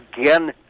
again